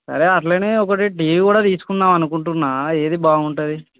సరే అట్లనే ఒకటి టీవీ కూడా తీసుకుందాము అనుకుంటున్నాను ఏది బాగుంటుంది